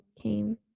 came